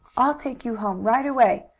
i'll take you home right away!